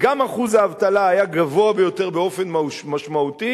גם אחוז האבטלה היה גבוה יותר באופן משמעותי